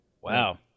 Wow